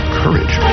courage